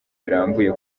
birambuye